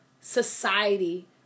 society